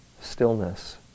stillness